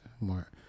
more